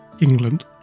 england